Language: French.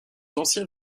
anciens